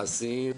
מעשיים.